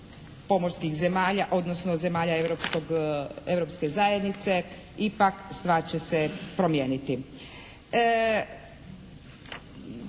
pomorskih zemalja, odnosno zemalja Europske zajednice ipak stvar će se promijeniti.